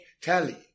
Tally